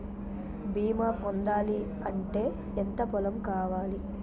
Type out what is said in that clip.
బీమా పొందాలి అంటే ఎంత పొలం కావాలి?